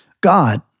God